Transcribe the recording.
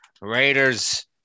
Raiders